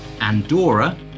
andorra